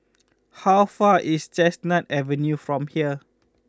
how far is Chestnut Avenue from here